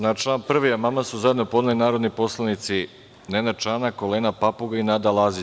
Na član 1. amandman su zajedno podneli narodni poslanici Nenad Čanak, Olena Papuga i Nada Lazić.